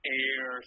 air